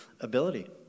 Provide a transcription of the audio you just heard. ability